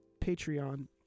Patreon